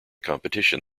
competition